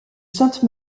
sainte